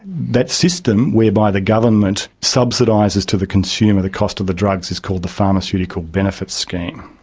that system whereby the government subsidises to the consumer the cost of the drugs is called the pharmaceutical benefits scheme.